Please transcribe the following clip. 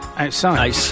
Outside